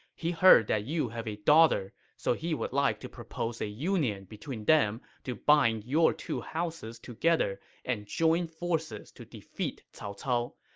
he heard that you have a daughter, so he would like to propose a union between them to bind your two houses together and join forces to defeat cao cao.